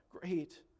great